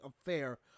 affair